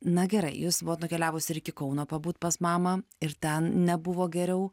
na gerai jūs buvot nukeliavus ir iki kauno pabūt pas mamą ir ten nebuvo geriau